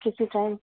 کسی ٹائم